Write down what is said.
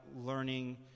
learning